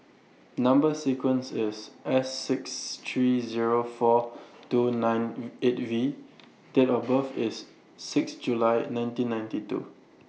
Number sequence IS S six three Zero four two nine eight V Date of birth IS six July nineteen ninety two